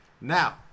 Now